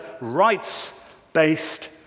rights-based